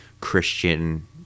Christian